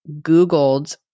Googled